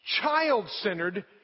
child-centered